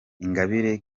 ingabire